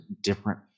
different